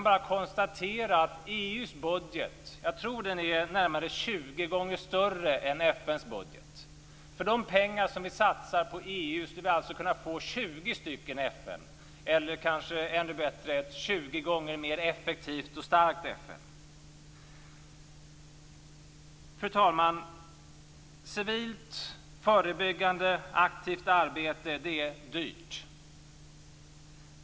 Jag tror att EU:s budget är närmare 20 gånger större än FN:s budget. För de pengar som vi satsar på EU skulle vi alltså kunna få 20 stycken FN eller kanske, ännu bättre, ett 20 gånger mer effektivt och starkt FN. Fru talman! Civilt, förebyggande och aktivt arbete är dyrt.